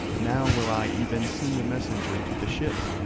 now will i even send a messenger to the ship.